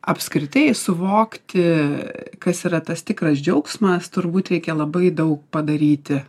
apskritai suvokti kas yra tas tikras džiaugsmas turbūt reikia labai daug padaryti